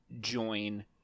join